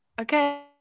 okay